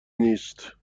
نیست